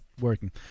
working